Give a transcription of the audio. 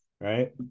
right